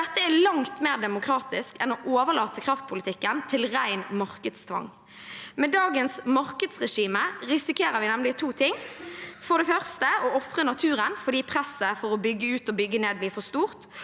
Dette er langt mer demokratisk enn å overlate kraftpolitikken til ren markedstvang. Med dagens markedsregime risikerer vi nemlig to ting: for det første å ofre naturen fordi presset på å bygge ut og bygge ned blir for stort,